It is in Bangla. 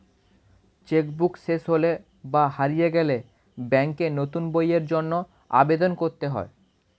চেক বুক শেষ হলে বা হারিয়ে গেলে ব্যাঙ্কে নতুন বইয়ের জন্য আবেদন করতে হয়